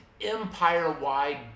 empire-wide